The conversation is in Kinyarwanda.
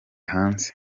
hanze